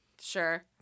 sure